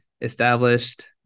established